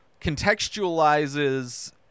contextualizes